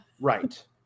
Right